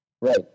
Right